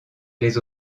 les